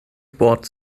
sport